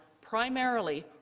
primarily